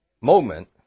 moment